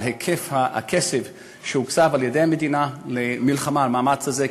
היקף הכסף שהוקצב על-ידי המדינה למלחמה בנושא הזה,